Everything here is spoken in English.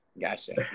gotcha